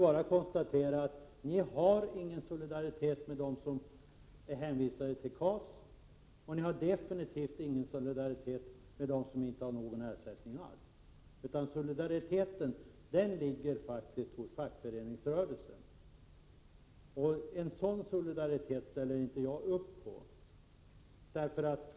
Jag konstaterar att ni inte känner någon solidaritet med dem som är hänvisade till KAS och definitivt inte heller med dem som inte får någon ersättning alls. Solidariteten visas faktiskt av fackföreningsrörelsen. Jag ställer mig inte bakom vpk:s ”solidaritet”.